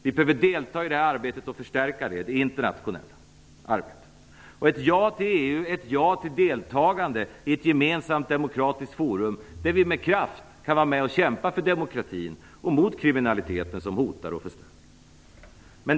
Vi behöver delta i det internationella arbetet och förstärka det. Ett ja till EU är ett ja till deltagande i ett gemensamt demokratiskt forum där vi med kraft kan vara med och kämpa för demokratin och mot kriminaliteten som hotar oss. Herr talman!